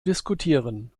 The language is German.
diskutieren